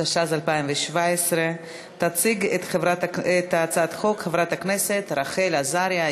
התשע"ז 2017. תציג את הצעת החוק חברת הכנסת רחל עזריה,